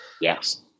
Yes